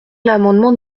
l’amendement